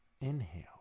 Inhale